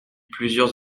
plusieurs